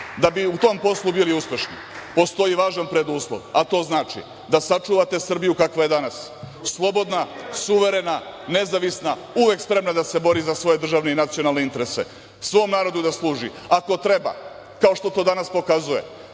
vi. Da bi u tom poslu bili uspešni, postoji važan preduslov, a to znači da sačuvate Srbiju kakva je danas, slobodna, suverena, nezavisna, uvek spremna da se bori za svoje državne i nacionalne interese, svom narodu da služi, ako treba, kao što to danas pokazuje,